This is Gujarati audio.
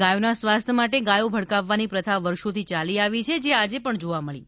ગાયોના સ્વાસ્થ્ય માટે ગાયો ભડકાવવાની પ્રથા વર્ષોથી યાલી આવે છે જે આજે પણ જોવા મળી હતી